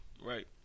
right